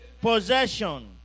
possession